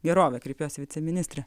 gerove kreipiuosi į viceministrę